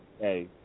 hey